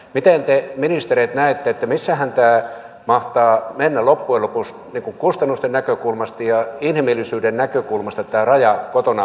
mitä te ministerit näette nuoremme ovat jakaantumassa niihin joilla on varaa harrastaa ja niihin joilla ei ole